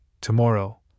Tomorrow